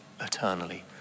eternally